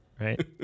Right